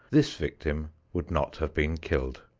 this victim would not have been killed.